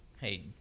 Hey